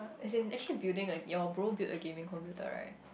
as in actually building the your bro build a gaming computer right